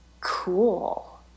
Cool